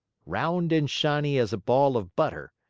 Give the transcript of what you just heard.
round and shiny as a ball of butter,